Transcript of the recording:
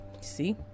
see